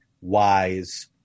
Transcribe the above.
wise